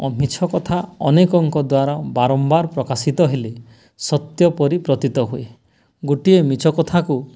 ମିଛ କଥା ଅନେକଙ୍କ ଦ୍ୱାରା ବାରମ୍ବାର ପ୍ରକାଶିତ ହେଲେ ସତ୍ୟ ପରି ପ୍ରତିତ ହୁଏ ଗୋଟିଏ ମିଛ କଥାକୁ